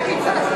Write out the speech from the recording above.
את כל הקצבאות.